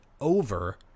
over